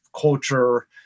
culture